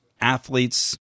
athletes